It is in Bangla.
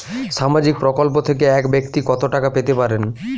সামাজিক প্রকল্প থেকে এক ব্যাক্তি কত টাকা পেতে পারেন?